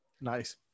Nice